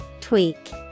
Tweak